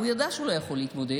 הוא ידע שהוא לא יכול להתמודד.